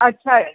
अच्छा आहे